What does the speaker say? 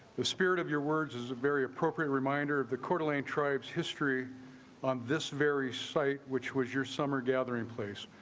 the spirit of your words is a very appropriate reminder of the courtland tribe's history on this very site, which was your summer gathering place.